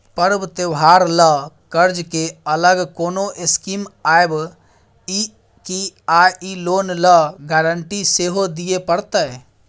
पर्व त्योहार ल कर्ज के अलग कोनो स्कीम आबै इ की आ इ लोन ल गारंटी सेहो दिए परतै?